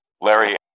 Larry